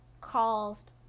caused